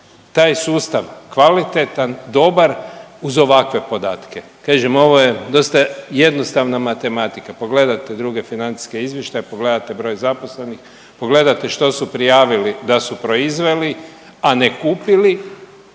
taj sustav kvalitetan, dobar uz ovakve podatke. Kažem ovo je dosta jednostavna matematika, pogledate druge financijske izvještaje, pogledate broj zaposlenih, pogledate što su prijavili da su proizveli, a ne kupili